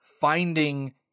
finding